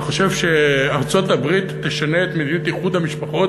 אתה חושב שארצות-הברית תשנה את מדיניות איחוד המשפחות